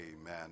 Amen